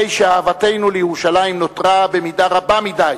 הרי אהבתנו לירושלים נותרה במידה רבה מדי